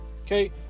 okay